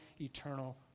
eternal